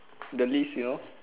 the list you know